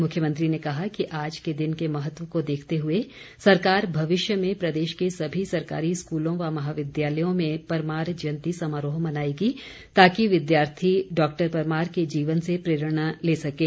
मुख्यमंत्री ने कहा कि आज के दिन के महत्व को देखते हुए सरकार भविष्य में प्रदेश के सभी सरकारी स्कूलों व महाविद्यालयों में परमार जयंती समारोह मनाएगी ताकि विद्यार्थी डॉक्टर परमार के जीवन से प्रेरणा ले सकें